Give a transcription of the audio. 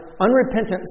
unrepentant